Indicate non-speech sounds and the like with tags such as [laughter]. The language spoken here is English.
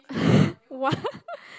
[laughs] !wah!